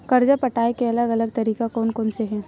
कर्जा पटाये के अलग अलग तरीका कोन कोन से हे?